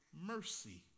mercy